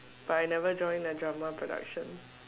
but I never join the drama production